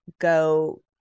go